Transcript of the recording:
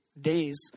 days